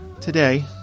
today